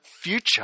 future